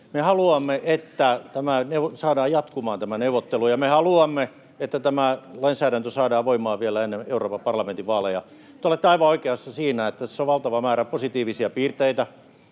Me haluamme, että saadaan jatkumaan tämä neuvottelu, ja me haluamme, että tämä lainsäädäntö saadaan voimaan vielä ennen Euroopan parlamentin vaaleja. Te olette aivan oikeassa siinä, että tässä on valtava määrä positiivisia piirteitä,